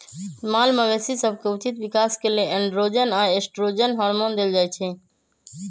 माल मवेशी सभके उचित विकास के लेल एंड्रोजन आऽ एस्ट्रोजन हार्मोन देल जाइ छइ